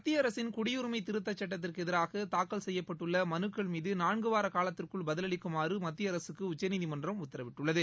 மத்திய அரசின் குடியுரிமை திருத்தச் சட்டத்திற்கு எதிராக தாக்கல் செய்யப்பட்டுள்ள மனுக்கள் மீது நான்குவார காலத்திற்குள் பதிலளிக்குமாறு மத்திய அரசுக்கு உச்சநீதிமன்றம் உத்தரவிட்டுள்ளது